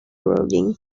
rodin